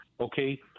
Okay